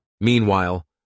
Meanwhile